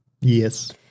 Yes